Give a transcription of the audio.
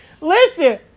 Listen